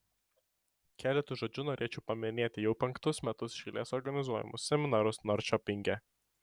keletu žodžių norėčiau paminėti jau penktus metus iš eilės organizuojamus seminarus norčiopinge